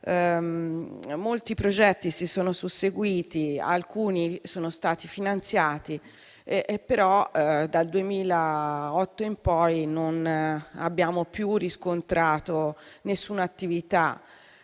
molti progetti si sono susseguiti e alcuni sono stati finanziati. Tuttavia, dal 2008 in poi, non abbiamo più riscontrato alcuna attività